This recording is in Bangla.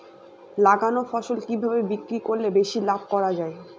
লাগানো ফসল কিভাবে বিক্রি করলে বেশি লাভ করা যায়?